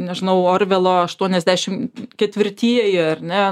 nežinau orvelo aštuoniasdešim ketvirtieji ar ne